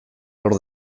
lor